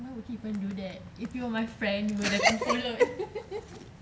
why would you even do that if you're my friend you would have unfollowed